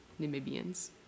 Namibians